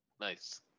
Nice